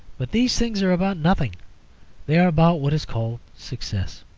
but these things are about nothing they are about what is called success.